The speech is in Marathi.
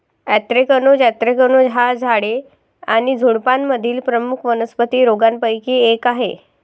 अँथ्रॅकनोज अँथ्रॅकनोज हा झाडे आणि झुडुपांमधील प्रमुख वनस्पती रोगांपैकी एक आहे